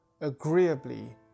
agreeably